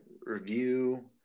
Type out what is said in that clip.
review